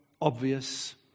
obvious